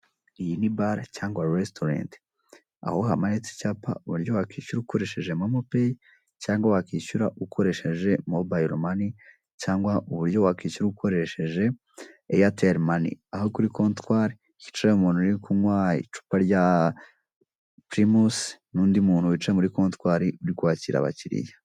Iyi ni bare cyangwa resitorenti aho hamanitse icyapa uburyo wakwishyura ukoresheje momo peyi cyangwa wakwishyura ukoresheje mobayilo mani cyangwa uburyo wakwishyura ukoresheje eyateli mani, aho kuri kontwari hicaye umuntu uri kunywa icupa rya pirimusi n'undi muntu wicaye muri kontwari uri kwakira abakiriya.